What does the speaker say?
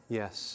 yes